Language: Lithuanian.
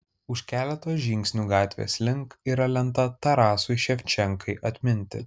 už keleto žingsnių gatvės link yra lenta tarasui ševčenkai atminti